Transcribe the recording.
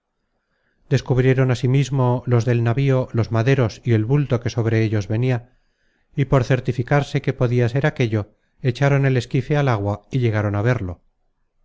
descubrieron asimismo los del navío los maderos y el bulto que sobre ellos venia y por certificarse qué podia ser aquello echaron el esquife al agua y llegaron á verlo